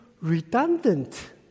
redundant